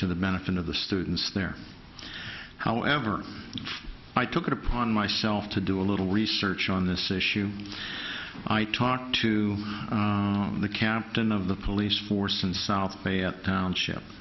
to the benefit of the students there however i took it upon myself to do a little research on this issue i talk to the captain of the police force in south bay at township